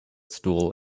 stool